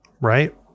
right